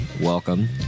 welcome